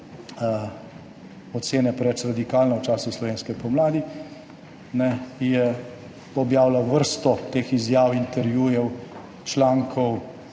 ocene preveč radikalna v času slovenske pomladi, je objavljala vrsto teh izjav, intervjujev, člankov